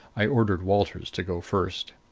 i ordered walters to go first.